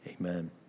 Amen